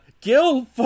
Gil